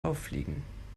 auffliegen